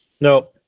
no